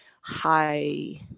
high